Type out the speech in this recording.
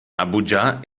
abuja